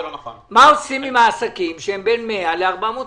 מה עושים עם העסקים שהם בין 100 ל-400 מיליון?